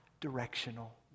directional